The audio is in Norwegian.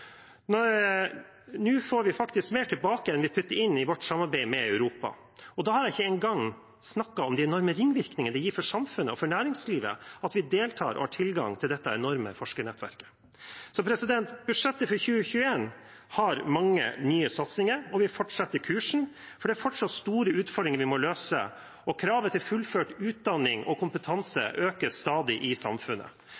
Nå får vi faktisk mer tilbake enn vi putter inn i vårt samarbeid med Europa, og da har jeg ikke engang snakket om de enorme ringvirkningene det gir for samfunnet og for næringslivet at vi deltar i og har tilgang til dette enorme forskernettverket. Budsjettet for 2021 har mange nye satsinger, og vi fortsetter kursen, for det er fortsatt store utfordringer vi må løse. Kravet til fullført utdanning og